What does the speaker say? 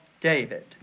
David